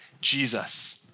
Jesus